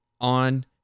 on